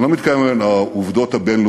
אני לא מתכוון לעובדות הבין-לאומיות,